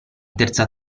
terza